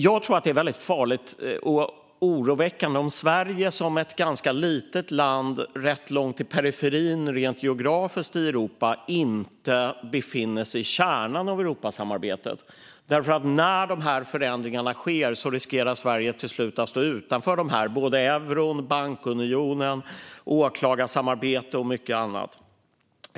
Jag tror att det är väldigt farligt och oroväckande om Sverige som ett ganska litet land rätt långt ut i Europas periferi rent geografiskt inte befinner sig i kärnan av Europasamarbetet, för när de här förändringarna sker riskerar Sverige till slut att stå utanför både euron, bankunionen, åklagarsamarbete och mycket annat.